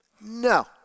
No